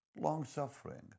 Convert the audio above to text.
long-suffering